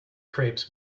crepes